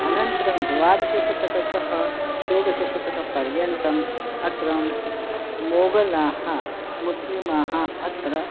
अनन्तरं द्वादश शतकतः षोडश शतकपर्यन्तम् अत्र मोगलाः मुस्लिमाः अत्र